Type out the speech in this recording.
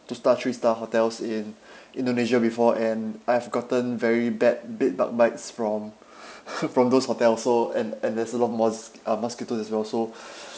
two star three star hotels in indonesia before and I've gotten very bad bed bug bites from from those hotels so and and there's a lot of mosq~ uh mosquitoes as well so